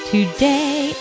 Today